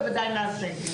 בוודאי נעשה.